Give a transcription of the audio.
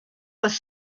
was